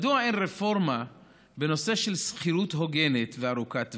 מדוע אין רפורמה בנושא של שכירות הוגנת וארוכת טווח?